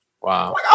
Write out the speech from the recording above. Wow